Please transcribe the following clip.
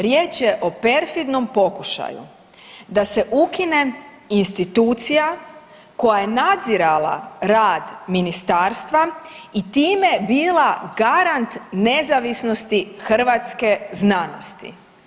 Riječ je o perfidnom pokušaju da se ukine institucija koja je nadzirala rad ministarstva i time bila garant nezavisnosti hrvatske znanosti.